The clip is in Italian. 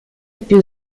più